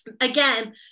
again